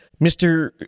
Mr